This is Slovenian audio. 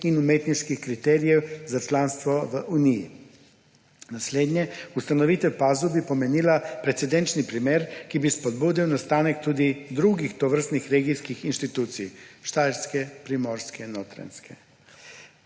in umetniških kriterijev za članstvo v uniji. Naslednje. Ustanovitev PAZU bi pomenila precedenčni primer, ki bi spodbudil nastanek tudi drugih tovrstnih regijskih institucij: štajerske, primorske, notranjske.